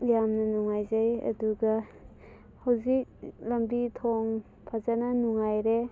ꯌꯥꯝꯅ ꯅꯨꯡꯉꯥꯏꯖꯩ ꯑꯗꯨꯒ ꯍꯧꯖꯤꯛ ꯂꯝꯕꯤ ꯊꯣꯡ ꯐꯖꯅ ꯅꯨꯡꯉꯥꯏꯔꯦ